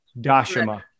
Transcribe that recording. Dashima